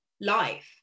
life